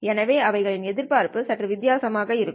எனவே அவைகளின் எதிர்பார்ப்பு சற்று வித்தியாசமாக இருக்கும்